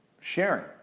sharing